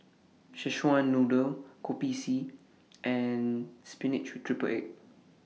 Szechuan Noodle Kopi C and Spinach with Triple Egg